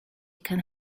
can